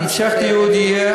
המשך דיון יהיה.